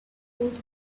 old